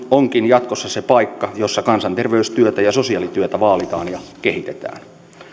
onkin jatkossa se paikka jossa kansanterveystyötä ja sosiaalityötä vaalitaan ja kehitetään